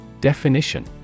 Definition